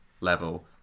level